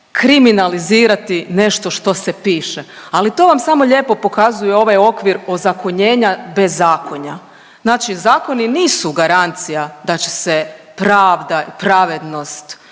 kriminalizirati nešto što se piše, ali to vam samo lijepo pokazuje ovaj okvir ozakonjenja bezakonja. Znači zakoni nisu garancija da će se pravda i pravednost